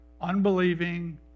Unbelieving